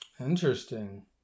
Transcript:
Interesting